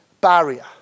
barrier